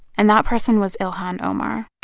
and that person was ilhan omar